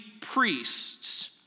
priests